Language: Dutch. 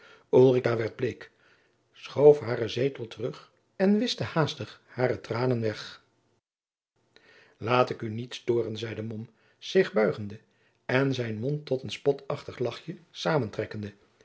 werd bleek schoof haren zetel terug en wischte haastig hare tranen weg jacob van lennep de pleegzoon laat ik u niet storen zeide mom zich buigende en zijn mond tot een spotachtig lagchje